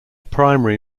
primary